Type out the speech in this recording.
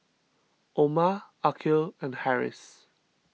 Omar Aqil and Harris